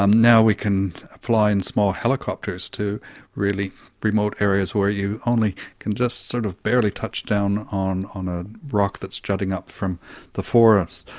um now we can fly in small helicopters to really remote areas where you only can just sort of barely touch down on on a rock that's jutting up from the forest.